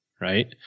right